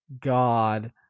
God